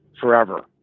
forever